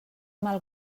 mal